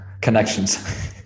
connections